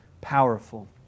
powerful